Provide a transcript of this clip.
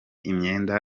imyenda